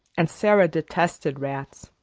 and sara detested rats,